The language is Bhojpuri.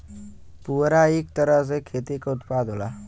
पुवरा इक तरह से खेती क उत्पाद होला